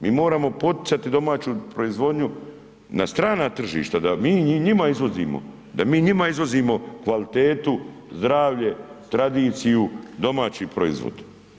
Mi moramo poticati domaću proizvodnju na strana tržišta, da mi njima izvozimo, da mi njima izvozimo kvalitetu, zdravlje, tradiciju, domaći proizvod.